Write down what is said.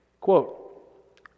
Quote